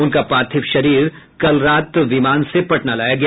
उनका पार्थिव शरीर कल रात विमान से पटना लाया गया